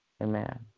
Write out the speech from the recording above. Amen